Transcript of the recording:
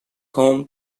home